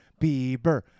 Bieber